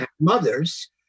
mothers